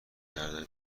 کردم